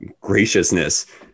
graciousness